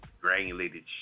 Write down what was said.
granulated